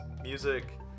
music